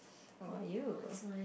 what about you